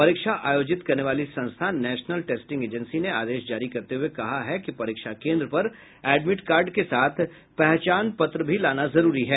परीक्षा आयोजित करने वाली संस्था नेशनल टेस्टिंग एजेंसी ने आदेश जारी करते हुये कहा है कि परीक्षा केंद्र पर एडमिट कार्ड के साथ पहचान पत्र भी लाना जरूरी है